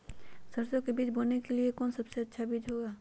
सरसो के बीज बोने के लिए कौन सबसे अच्छा बीज होगा?